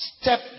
step